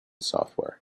software